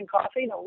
coffee